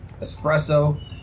espresso